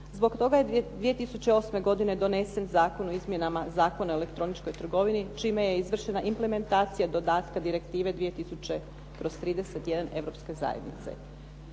Zbog toga je 2008. godine donesen Zakon o izmjenama Zakona o elektroničkoj trgovini čime je izvršena implementacija dodatka Direktive 2000/31 Europske zajednice.